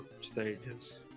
stages